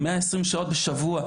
120 שעות בשבוע.